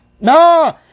No